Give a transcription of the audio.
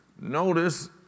Notice